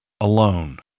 alone